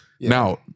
Now